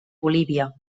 bolívia